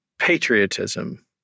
patriotism